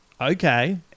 okay